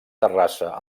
terrassa